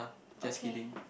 okay